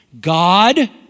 God